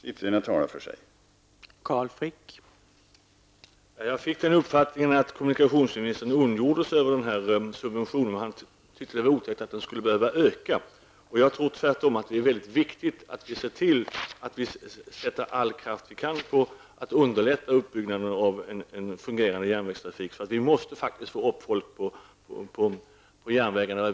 Siffrorna talar för sig själva.